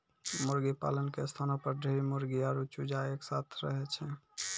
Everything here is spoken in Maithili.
मुर्गीपालन के स्थानो पर ढेरी मुर्गी आरु चूजा एक साथै रहै छै